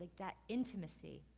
that intimacy,